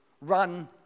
Run